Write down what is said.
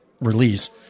release